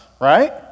right